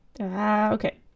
Okay